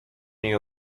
niej